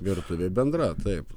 virtuvė bendra taip